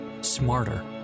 smarter